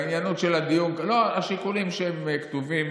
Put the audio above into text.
הענייניות של הדיון, לא, השיקולים כתובים,